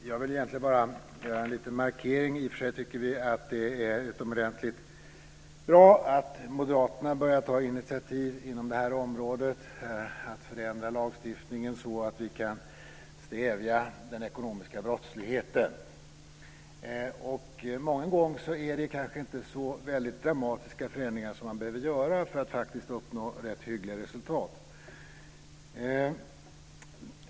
Herr talman! Jag vill bara göra en liten markering. I och för sig tycker vi att det är utomordentligt bra att moderaterna börjar att ta initiativ till att förändra lagstiftningen så att vi kan stävja den ekonomiska brottsligheten. Många gånger är det inte så dramatiska förändringar som man behöver göra för att uppnå rätt hyggliga resultat.